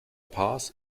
paz